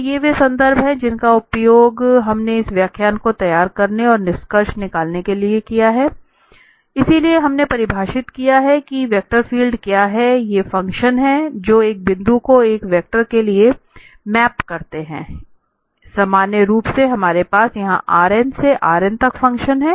तो ये वे संदर्भ हैं जिनका उपयोग हमने इस व्याख्यान को तैयार करने और निष्कर्ष निकालने के लिए किया है इसलिए हमने परिभाषित किया है कि वेक्टर फील्ड क्या हैं ये फंक्शन है जो एक बिंदु को एक वेक्टर के लिए मैप करते हैं इसलिए सामान्य रूप से हमारे पास यहां Rn से Rn तक फ़ंक्शन है